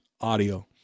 audio